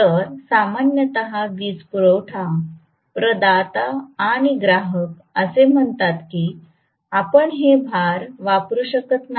तर सामान्यत वीज पुरवठा प्रदाता आणि ग्राहक असे म्हणतात की आपण हे भार वापरु शकत नाही